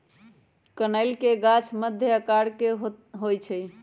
कनइल के गाछ मध्यम आकर के होइ छइ